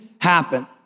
happen